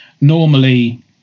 normally